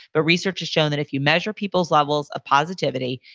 but research has shown that if you measure people's levels of positivity,